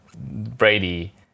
Brady